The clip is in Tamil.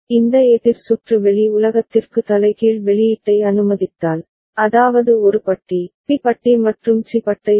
இந்த எதிர் சுற்று வெளி உலகத்திற்கு தலைகீழ் வெளியீட்டை அனுமதித்தால் அதாவது ஒரு பட்டி பி பட்டி மற்றும் சி பட்டை சரி